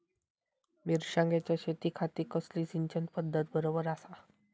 मिर्षागेंच्या शेतीखाती कसली सिंचन पध्दत बरोबर आसा?